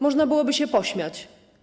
Można byłoby się pośmiać.